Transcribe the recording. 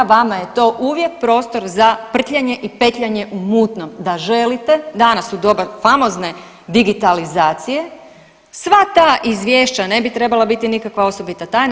Vama je to uvijek prostor za prtljanje i petljanje u mutnom, da želite danas u doba famozne digitalizacije sva ta izvješća ne bi trebala biti nikakva osobita tajna.